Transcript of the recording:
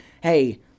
hey